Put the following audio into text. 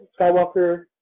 skywalker